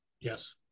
Yes